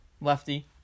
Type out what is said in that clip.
lefty